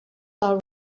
are